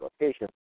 location